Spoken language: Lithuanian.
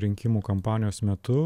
rinkimų kampanijos metu